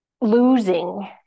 losing